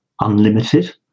unlimited